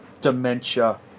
dementia